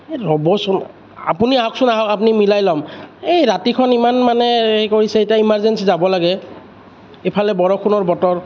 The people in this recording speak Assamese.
এই ৰ'বচোন আপুনি আহকচোন আহক আপুনি মিলাই ল'ম এই ৰাতিখন ইমান মানে সেই কৰিছে এতিয়া ইমাৰজেঞ্চি যাব লাগে ইফালে বৰষুণৰ বতৰ